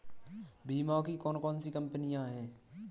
बीमा की कौन कौन सी कंपनियाँ हैं?